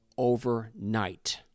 overnight